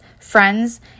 friends